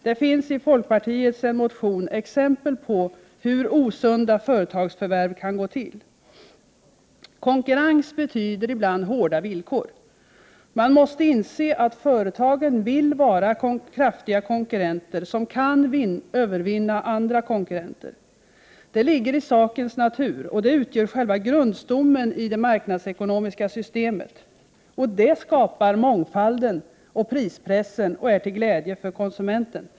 Det finns i folkpartiets motion exempel på hur osunda företagsförvärv kan gå till. Konkurrens betyder ibland hårda villkor. Man måste inse att företagen vill vara kraftfulla konkurrenter, som kan vinna över andra konkurrenter. Det ligger i sakens natur och utgör själva stommen i det marknadsekonomiska systemet. Det skapar mångfalden och prispressen och är till glädje för konsumenten.